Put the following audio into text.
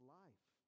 life